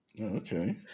Okay